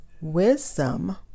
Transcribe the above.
wisdom